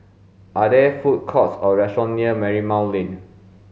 are there food courts or restaurants near Marymount Lane